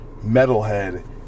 metalhead